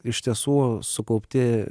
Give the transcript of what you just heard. iš tiesų sukaupti